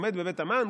עומד בבית המן,